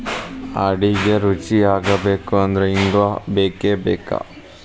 ಅಡಿಗಿ ರುಚಿಯಾಗಬೇಕು ಅಂದ್ರ ಇಂಗು ಬೇಕಬೇಕ